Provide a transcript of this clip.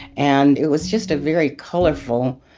and it was just a very colorful